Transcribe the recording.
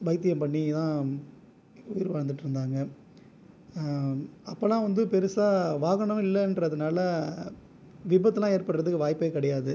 வைத்தியம் பண்ணி தான் உயிர் வாழ்ந்துகிட்டு இருந்தாங்க அப்போதெலாம் வந்து பெரிசா வாகனம் இல்லைன்றதுனால விபத்தெலாம் ஏற்படறதுக்கு வாய்ப்பே கிடையாது